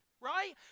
Right